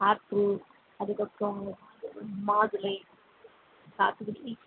apple அதுக்கப்புறம் வந்து மாதுளை சாத்துக்குடி